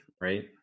right